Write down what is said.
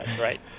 right